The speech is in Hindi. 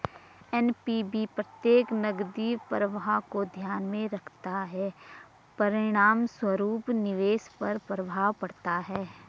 एन.पी.वी प्रत्येक नकदी प्रवाह को ध्यान में रखता है, परिणामस्वरूप निवेश पर प्रभाव पड़ता है